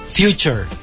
future